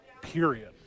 period